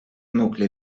nucli